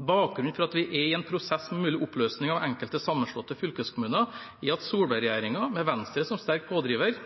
Bakgrunnen for at vi er i en prosess om mulig oppløsning av enkelte sammenslåtte fylkeskommuner, er at Solberg-regjeringen, med Venstre som sterk pådriver,